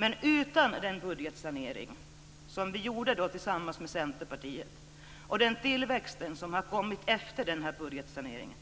Men utan den budgetsanering som vi genomförde tillsammans med Centerpartiet och den tillväxt som skapats efter budgetsaneringen